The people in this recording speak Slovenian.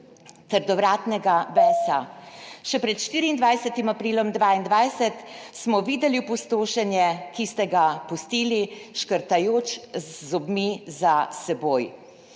trdovratnega besa. Še pred 24. aprilom 22 smo videli opustošenje, ki ste ga pustili škrtajoč z zobmi za seboj.